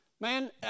Man